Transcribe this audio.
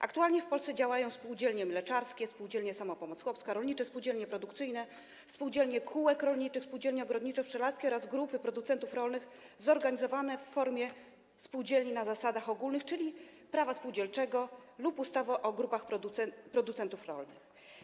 Aktualnie w Polsce działają spółdzielnie mleczarskie, spółdzielnie „Samopomoc Chłopska”, rolnicze spółdzielnie produkcyjne, spółdzielnie kółek rolniczych, spółdzielnie ogrodniczo-pszczelarskie oraz grupy producentów rolnych zorganizowane w formie spółdzielni na zasadach ogólnych, czyli Prawa spółdzielczego lub ustawy o grupach producentów rolnych.